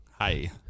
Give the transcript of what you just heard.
Hi